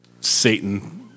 Satan